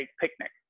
picnic